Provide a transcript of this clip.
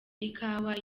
ikawa